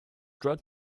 drug